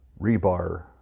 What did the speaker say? rebar